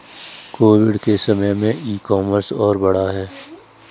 Covid के समय में ई कॉमर्स और बढ़ा है